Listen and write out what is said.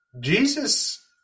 Jesus